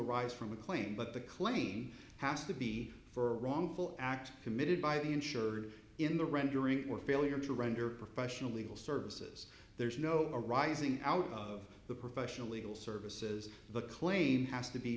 arise from a claim but the claim has to be for wrongful act committed by the insured in the rendering or failure to render professional legal services there's no arising out of the professional legal services the claim has to be